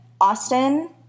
Austin